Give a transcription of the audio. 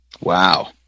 Wow